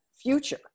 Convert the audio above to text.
future